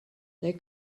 they